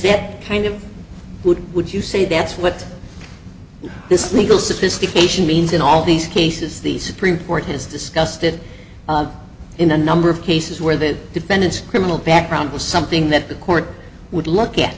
that kind of good would you say that's what this legal sophistication means in all these cases the supreme court has discussed it in a number of cases where the defendant's criminal background was something that the court would look at